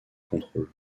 contrôle